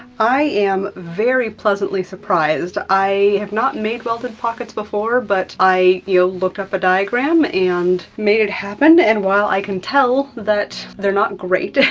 i am very pleasantly surprised. i have not made welted pockets before, but i you know looked up a diagram and made it happen, and while i can tell that they're not great,